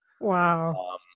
wow